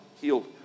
healed